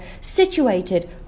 situated